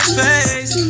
face